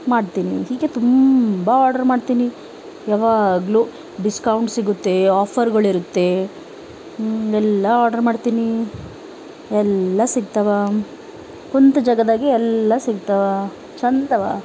ಮಾಡ್ತೀನಿ ಹೀಗೆ ತುಂಬ ಆರ್ಡರ್ ಮಾಡ್ತೀನಿ ಯಾವಾಗಲೂ ಡಿಸ್ಕೌಂಟ್ ಸಿಗುತ್ತೆ ಆಫರ್ಗಳಿರುತ್ತೆ ಎಲ್ಲ ಆರ್ಡರ್ ಮಾಡ್ತೀನಿ ಎಲ್ಲ ಸಿಗ್ತವೆ ಕುಂತ ಜಾಗದಾಗೆ ಎಲ್ಲ ಸಿಗ್ತವೆ ಚಂದವ